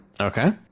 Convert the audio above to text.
Okay